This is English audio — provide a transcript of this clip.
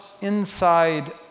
inside